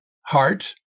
heart